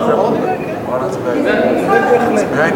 (תיקון מס' 17) (סליקת עסקאות בכרטיסי חיוב),